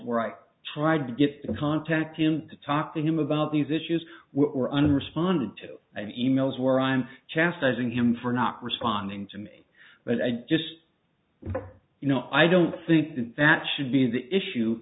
were right tried to get in contact him to talk to him about these issues were under responded to and e mails where i'm chastising him for not responding to me but i just you know i don't think that that should be the issue